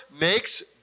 makes